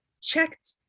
checked